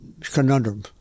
conundrum